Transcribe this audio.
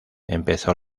empezó